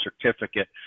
Certificate